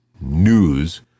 news